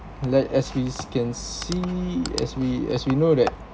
let us we can see as we as we know that